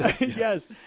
Yes